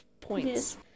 points